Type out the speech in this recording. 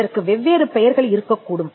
இதற்கு வெவ்வேறு பெயர்கள் இருக்கக்கூடும்